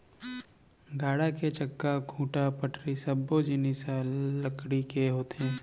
गाड़ा के चक्का, खूंटा, पटरी सब्बो जिनिस ह लकड़ी के होथे